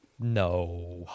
No